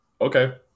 okay